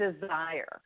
desire